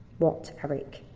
what, eric?